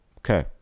Okay